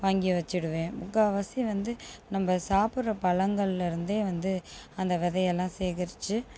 வாங்கி வச்சிவிடுவேன் முக்கால்வாசி வந்து நம்ப சாப்பிடுற பழங்கள்லேருந்தே வந்து அந்த விதையெல்லாம் சேகரிச்சு